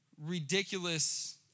ridiculous